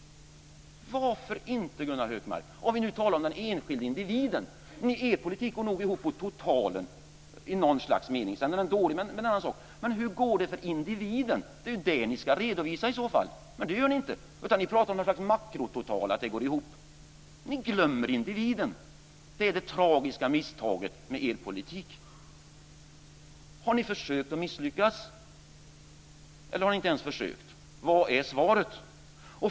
Varför inte, Gunnar Hökmark? Vi talar om den enskilde individen. Er politik går nog i något slags mening ihop på totalen - att den är dålig är en annan sak - men hur går det för individen? Det ska ni också redovisa, men det gör ni inte utan talar om att det går ihop på ett slags makronivå. Det tragiska misstaget i er politik är att ni glömmer individen. Har ni försökt och misslyckats, eller har ni inte ens försökt? Vad är svaret?